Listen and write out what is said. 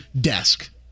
desk